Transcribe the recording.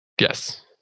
Yes